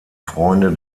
freunde